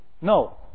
No